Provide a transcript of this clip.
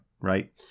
right